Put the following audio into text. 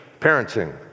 parenting